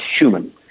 human